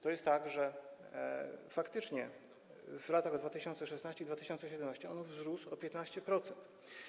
To jest tak, że faktycznie w latach 2016 i 2017 on wzrósł o 15%.